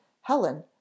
Helen